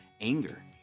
anger